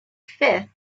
fifth